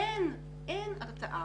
אין הרתעה,